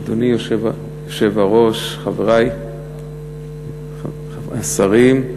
אדוני היושב-ראש, חברי השרים,